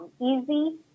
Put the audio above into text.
Easy